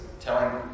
telling